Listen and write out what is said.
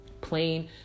Plain